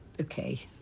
Okay